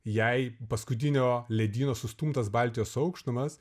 jai paskutinio ledyno sustumtas baltijos aukštumas